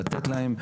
לתת להם,